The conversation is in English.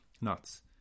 nuts